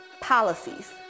policies